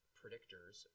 predictors